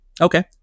Okay